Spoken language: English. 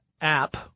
app